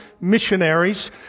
missionaries